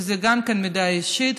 וגם מידע אישי,